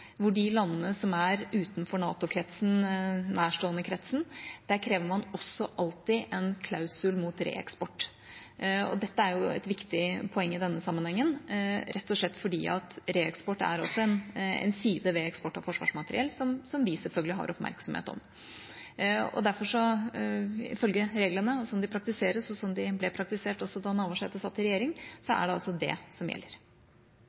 som er utenfor den nærstående kretsen, NATO-kretsen, krever man også alltid en klausul mot reeksport. Dette er et viktig poeng i denne sammenhengen, rett og slett fordi reeksport også er en side ved eksport av forsvarsmateriell som vi selvfølgelig har oppmerksomhet om. Derfor, ifølge reglene – som de praktiseres, og som de ble praktisert også da Navarsete satt i regjering – er det altså det som gjelder.